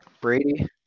Brady